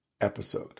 episode